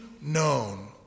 known